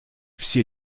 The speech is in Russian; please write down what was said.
все